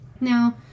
Now